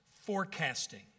forecasting